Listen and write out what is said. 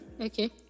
Okay